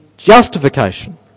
justification